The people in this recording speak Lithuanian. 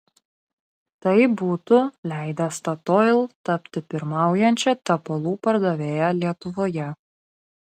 tai būtų leidę statoil tapti pirmaujančia tepalų pardavėja lietuvoje